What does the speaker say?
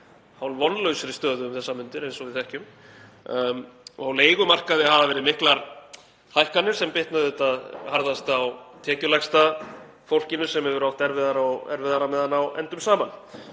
hálfvonlausri stöðu um þessar mundir eins og við þekkjum. Á leigumarkaði hafa verið miklar hækkanir sem bitna auðvitað harðast á tekjulægsta fólkinu sem hefur átt erfiðara og erfiðara með að ná endum saman.